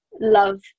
love